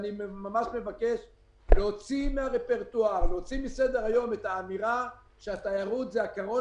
אני ממש מבקש להוציא מסדר היום את האמירה שהתיירות היא הקרון